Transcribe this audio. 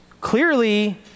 clearly